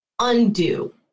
undo